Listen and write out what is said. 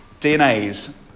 DNAs